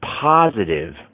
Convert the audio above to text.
positive